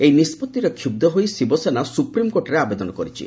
ଏହି ନିଷ୍ପଭିରେ କ୍ଷୁହ୍ଧ ହୋଇ ଶିବସେନା ସୁପ୍ରିମକୋର୍ଟରେ ଆବେଦନ କରିଛି